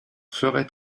ferai